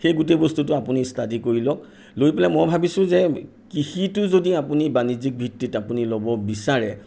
সেই গোটেই বস্তুটো আপুনি ষ্টাডি কৰি লওক লৈ পেলাই মই ভাবিছোঁ যে কৃষিটো যদি আপুনি বাণিজ্যিকভিত্তিত আপুনি ল'ব বিচাৰে